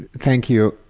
thank you,